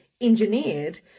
engineered